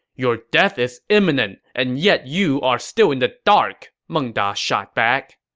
your death is imminent, and yet you are still in the dark! meng da shot back.